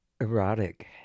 erotic